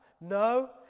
No